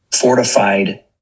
fortified